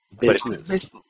business